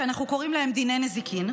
שאנחנו קוראים להם דיני נזיקין,